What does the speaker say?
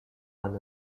one